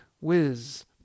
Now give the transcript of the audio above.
Whiz